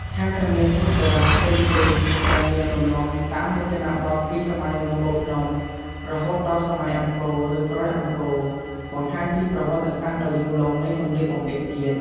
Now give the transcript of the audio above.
ថែមទាំងមាន ឈុតបុរាណផ្សេងៗ ដែលមានលំនាំតាមរចនាបថពីសម័យនគរភ្នំ រហូតដល់សម័យអង្គរ ឬក្រោយអង្គរ បង្ហាញពីប្រវត្តិសាស្ត្រដ៏យូរលង់នៃសម្លៀកបំពាក់ជាតិ។